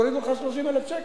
יורידו לך 30,000 שקל.